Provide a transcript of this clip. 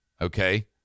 okay